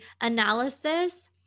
analysis